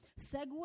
segue